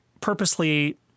purposely